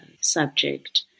subject